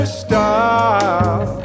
stop